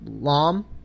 Lom